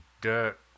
dirt